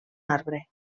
arbre